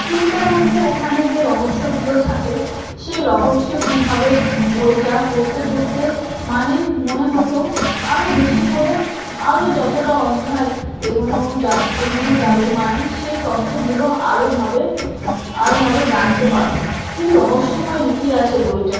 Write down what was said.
চিন্তা বলতে ওখানে যে রহস্যগুলো থাকে সেই রহস্য কীভাবে বইটা পড়তে পড়তে মানে মনে হতো আরও বেশি করে আরও যতটা অধ্যায় এগোনো যাব এগোনো যাবে মানে সেই তথ্যগুলো আরওভাবে আরওভাবে জানতে পারব কী রহস্যময় লুকিয়ে আছে বইটা